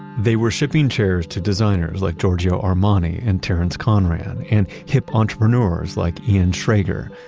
they were shipping chairs to designers like giorgio armani and terence conran and hip entrepreneurs like ian schrager.